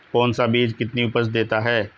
कौन सा बीज कितनी उपज देता है?